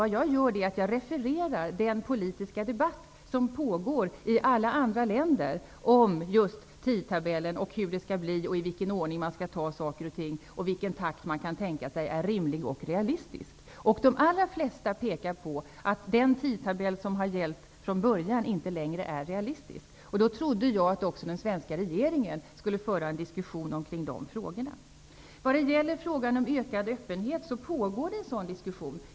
Det jag gör är att referera den politiska debatt som pågår i alla andra länder om just tidtabellen, hur det skall bli, i vilken ordning man skall ta saker och ting och vilken takt man kan tänka sig är rimlig och realistisk. De allra flesta pekar på att den tidtabell som har gällt från början inte längre är realistisk. Då trodde jag att även den svenska regeringen skulle föra en diskussion kring de frågorna. Det pågår en diskussion om ökad öppenhet.